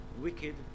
wicked